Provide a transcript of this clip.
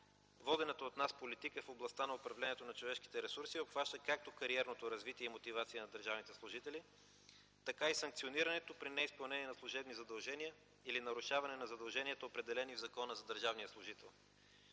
Водената от нас политика в областта на управлението на човешките ресурси обхваща както кариерното развитие и мотивация на държавните служители, така и санкционирането при неизпълнение на служебни задължения или нарушаване на задълженията, определени в Закона за държавния служител.